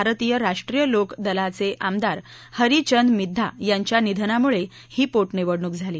भारतीय राष्ट्रीय लोकदलाचे आमदार हरी चंद मिध्धा यांच्या निधनामुळे ही पोटनिवडणुक झाली